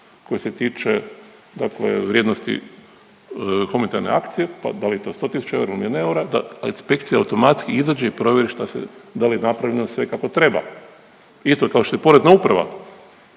koji se tiče dakle vrijednosti humanitarne akcije. Da li je to 100 tisuća eura ili milijun eura da inspekcija automatski izađe i provjeri šta se da li je napravljeno sve kako treba. Isto kao što je Porezna uprava